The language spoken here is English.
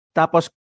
tapos